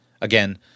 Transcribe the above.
Again